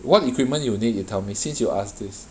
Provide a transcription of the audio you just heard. what equipment you need you tell me since you ask this